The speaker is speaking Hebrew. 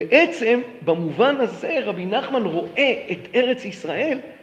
בעצם' במובן הזה' רבי נחמן רואה את ארץ ישראל